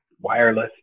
wireless